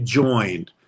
joined